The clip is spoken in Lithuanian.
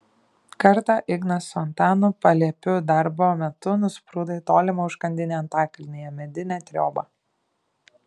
kartą ignas su antanu paliepiu darbo metu nusprūdo į tolimą užkandinę antakalnyje medinę triobą